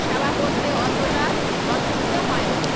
সেবা করতে অতটা অসুবিধে হয় না